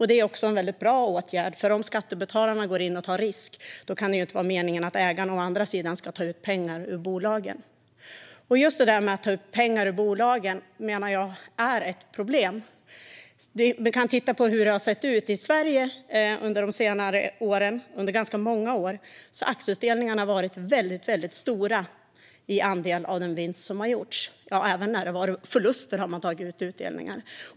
Det är också en bra åtgärd, för om skattebetalarna går in och tar risk kan det inte vara meningen att ägarna å andra sidan ska ta ut pengar ur bolagen. Just detta att ta ut pengar ur bolagen är, menar jag, ett problem. Vi kan titta på hur det har sett ut i Sverige under ganska många år. Aktieutdelningarna har varit väldigt stora som andel av den vinst som har gjorts. Ja, även när det varit förluster har man tagit ut utdelningar.